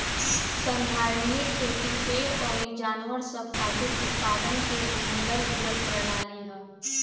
संधारनीय खेती पेड़ अउर जानवर सब खातिर उत्पादन के मिलल जुलल प्रणाली ह